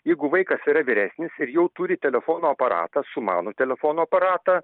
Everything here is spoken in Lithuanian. jeigu vaikas yra vyresnis ir jau turi telefono aparatą sumanų telefono aparatą